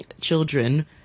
children